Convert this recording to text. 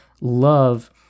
love